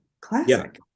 classic